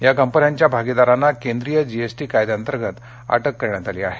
या कंपन्यांच्या भागिदारांना केंद्रीय जीएसटी कायद्यांतर्गत अटक करण्यात आली आहे